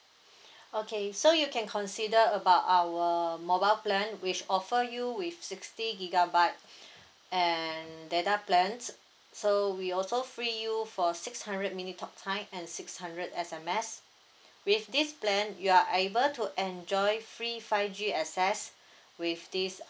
okay so you can consider about our mobile plan which offer you with sixty gigabyte and data plans so we also free you for six hundred minutes talk time and six hundred S_M_S with this plan you are able to enjoy free five G access with this